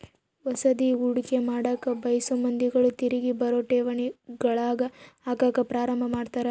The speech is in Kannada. ಹೊಸದ್ಗಿ ಹೂಡಿಕೆ ಮಾಡಕ ಬಯಸೊ ಮಂದಿಗಳು ತಿರಿಗಿ ಬರೊ ಠೇವಣಿಗಳಗ ಹಾಕಕ ಪ್ರಾರಂಭ ಮಾಡ್ತರ